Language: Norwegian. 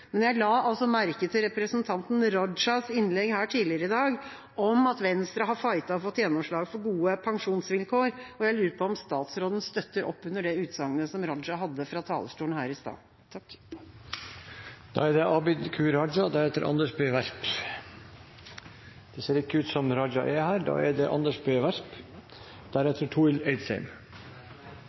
Men jeg la merke til representanten Rajas innlegg her tidligere i dag, om at Venstre har fightet og fått gjennomslag for gode pensjonsvilkår, og jeg lurer på om statsråden støtter opp under det utsagnet som Raja hadde fra talerstolen her i stad.